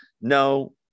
No